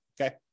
okay